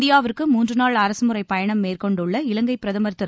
இந்தியாவிற்கு மூன்றுநாள் அரசுமுறைப் பயணம் மேற்கொண்டுள்ள இலங்கை பிரதமர் திரு